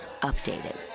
Updated